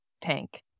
tank